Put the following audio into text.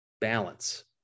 balance